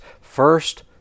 first